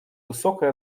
высокой